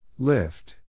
Lift